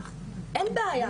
אין בעיה,